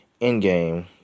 Endgame